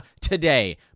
today